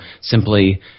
simply